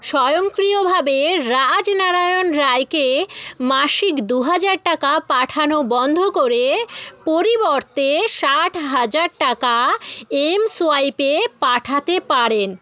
স্বয়ংক্রিয়ভাবে রাজনারায়ণ রায়কে মাসিক দু হাজার টাকা পাঠানো বন্ধ করে পরিবর্তে ষাট হাজার টাকা এমসোয়াইপে পাঠাতে পারেন